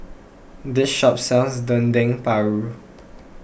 this shop sells Dendeng Paru